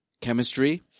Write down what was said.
chemistry